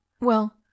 Well